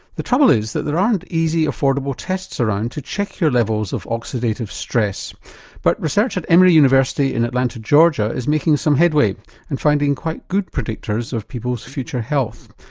the trouble is that there aren't easy, affordable tests around to check your levels of oxidative stress but research at emory university in atlanta georgia is making some headway and finding quite good predictors of people's future health.